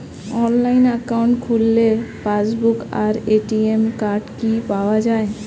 Online account খুললে passbook আর ATM card কি পাওয়া যায়?